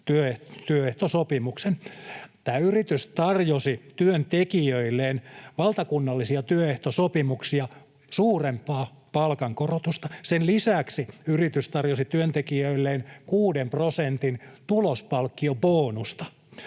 työehtosopimuksen. Tämä yritys tarjosi työntekijöilleen valtakunnallisia työehtosopimuksia suurempaa palkankorotusta. Sen lisäksi yritys tarjosi työntekijöilleen kuuden prosentin tulospalkkiobonusta.